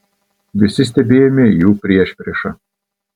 visi stebėjome jų priešpriešą